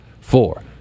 four